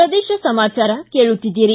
ಪ್ರದೇಶ ಸಮಾಚಾರ ಕೇಳುತ್ತಿದ್ದೀರಿ